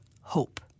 hope